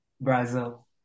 Brazil